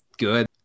good